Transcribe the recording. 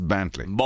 Bentley